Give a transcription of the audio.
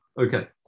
Okay